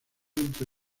entre